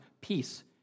peace